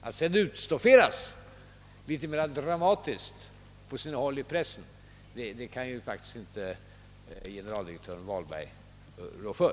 Att sedan uttalandet på sina håll i pressen utformats litet mer dramatiskt kan faktiskt inte generaldirektör Vahlberg rå för.